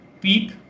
peak